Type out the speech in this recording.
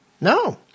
No